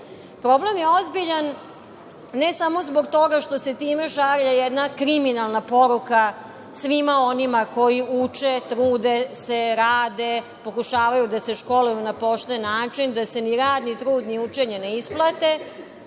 društvo. Problem je ozbiljan ne samo zbog toga što se time šalje jedna kriminalna poruka svima onima koji uče, trude se, rade, pokušavaju da se školuju na pošten način, da se ni rad, ni trud, ni učenje ne isplate,